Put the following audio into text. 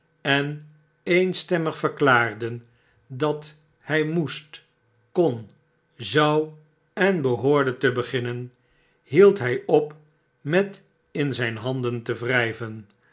en eenstemmig verklaarden dat hij moest kon zou en behoorde te beginnen hield hy op met in zp handen te wryven